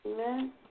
Amen